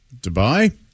Dubai